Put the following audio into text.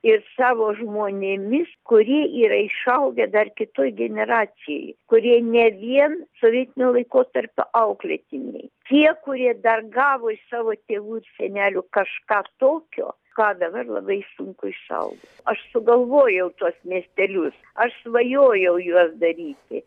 ir savo žmonėmis kurie yra išaugę dar kitoj generacijoj kurie ne vien sovietinio laikotarpio auklėtiniai tie kurie dar gavo iš savo tėvų ir senelių kažką tokio ką dabar labai sunku išsaugot aš sugalvojau tuos miestelius aš svajojau juos daryti